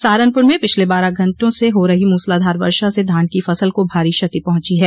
सहारनपुर में पिछले बारह घंटों से हो रही मूसलाधार वर्षा से धान की फसल को भारी क्षति पहुंची है